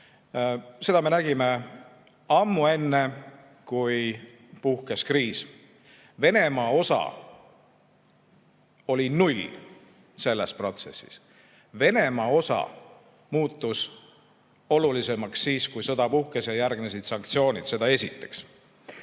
Seda me nägime ammu enne, kui puhkes kriis. Venemaa osa oli null selles protsessis. Venemaa osa muutus olulisemaks siis, kui sõda puhkes ja järgnesid sanktsioonid. Seda esiteks. Aga